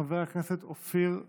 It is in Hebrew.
חבר הכנסת אופיר אקוניס,